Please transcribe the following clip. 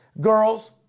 girls